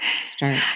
start